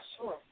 sure